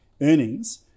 earnings